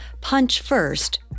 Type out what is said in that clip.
punch-first